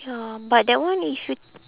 ya but that one you should